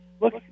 Look